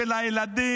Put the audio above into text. של הילדים,